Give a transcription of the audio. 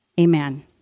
Amen